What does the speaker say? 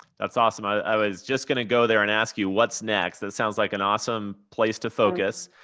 that's awesome. i i was just gonna go there and ask you, what's next? that sounds like an awesome place to focus.